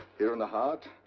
here in the heart?